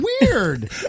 weird